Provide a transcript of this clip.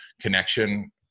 connection